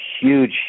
huge